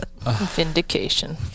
Vindication